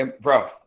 bro